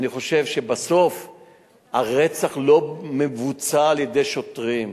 אני חושב שבסוף הרצח לא מבוצע על-ידי שוטרים.